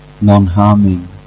non-harming